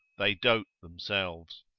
they dote themselves.